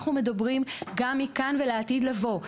אנחנו מדברים גם מכאן ולעתיד לבוא.